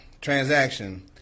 transaction